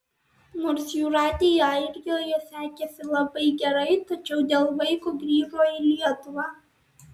nors jūratei airijoje sekėsi labai gerai tačiau dėl vaiko grįžo į lietuvą